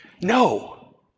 No